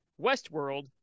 Westworld